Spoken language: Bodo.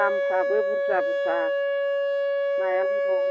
दामफ्राबो बुरजा बुरजा नायाबो दं